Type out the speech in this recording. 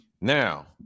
Now